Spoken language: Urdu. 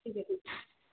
ٹھیک ہے ٹھیک